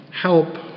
help